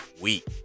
week